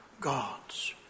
gods